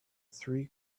three